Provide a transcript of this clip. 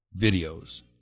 videos